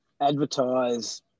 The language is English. advertise